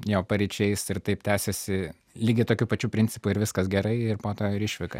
jo paryčiais ir taip tęsėsi lygiai tokiu pačiu principu ir viskas gerai ir po to ir išvyka